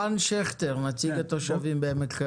רן שכטר, נציג התושבים בעמק חפר.